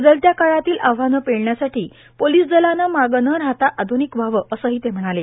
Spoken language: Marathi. बदलत्या काळातील आव्हाने पेलण्यासाठी पोलीस दलानं मागं न राहता आध्निक व्हावं असंही ते म्हणाले